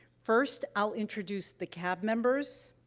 first, i'll introduce the cab members,